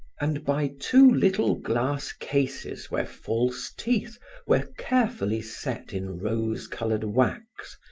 and by two little glass cases where false teeth were carefully set in rose-colored wax,